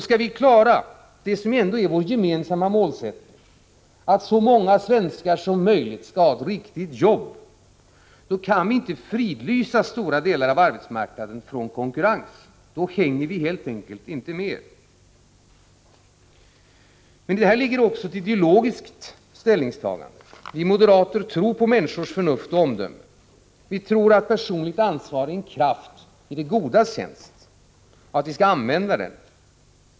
Skall vi klara det som ändå är vår gemensamma målsättning, att så många svenskar som möjligt skall ha ett riktigt jobb, kan vi inte fridlysa stora delar av arbetsmarknaden från konkurrens. Då hänger vi helt enkelt inte med. Men i det här ligger också ett ideologiskt ställningstagande. Vi moderater tror på människors förnuft och omdöme. Vi tror att personligt ansvar är en kraft i det godas tjänst och att vi skall använda den.